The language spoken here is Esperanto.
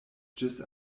ĝis